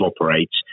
operates